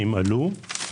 שימהלו.